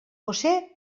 josé